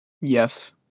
Yes